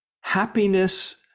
happiness